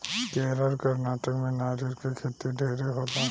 केरल, कर्नाटक में नारियल के खेती ढेरे होला